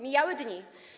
Mijały dni.